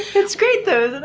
it's great though,